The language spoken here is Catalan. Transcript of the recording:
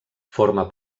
forma